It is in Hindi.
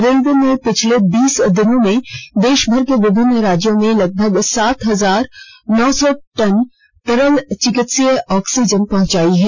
रेलवे ने पिछले बीस दिनों में देशभर के विभिन्न राज्यों में लगभग सात हजार नौ सौ टन तरल चिकित्सा ऑक्सीजन पहुंचाई है